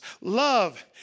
Love